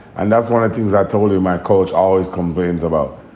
and that's one of the things i told you my coach always complains about,